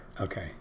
Okay